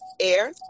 air